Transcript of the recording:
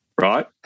Right